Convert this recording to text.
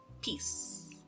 Peace